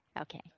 Okay